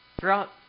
Throughout